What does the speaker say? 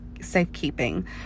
safekeeping